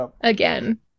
again